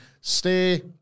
stay